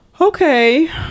Okay